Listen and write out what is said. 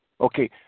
Okay